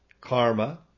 karma